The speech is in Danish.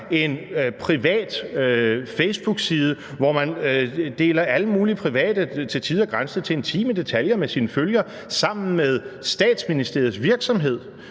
en privat facebookside, hvor man deler alle mulige private til tider grænsende til intime detaljer med sine følgere, sammen med Statsministeriets virksomhed,